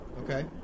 Okay